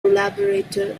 collaborator